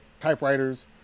typewriters